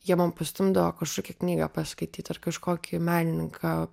jie man pastumdo kažkokią knygą paskaityt ar kažkokį menininką